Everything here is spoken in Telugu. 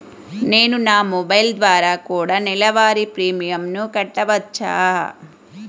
నేను నా మొబైల్ ద్వారా కూడ నెల వారి ప్రీమియంను కట్టావచ్చా?